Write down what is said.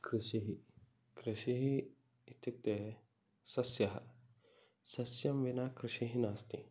कृषिः कृषिः इत्युक्ते सस्यः सस्यं विना कृषिः नास्ति